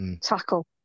tackle